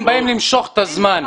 הם באות למשוך את הזמן,